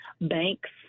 Banks